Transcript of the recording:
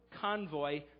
convoy